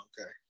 okay